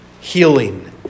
healing